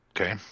Okay